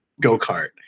go-kart